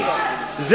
זה